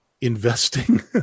investing